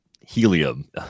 helium